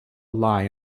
lie